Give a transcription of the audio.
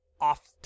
off